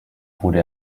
wurde